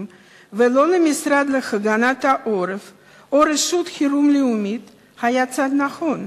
ולא למשרד להגנת העורף או לרשות חירום לאומית היתה צעד נכון?